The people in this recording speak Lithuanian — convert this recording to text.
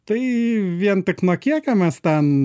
tai vien tik nuo kiekio mes tem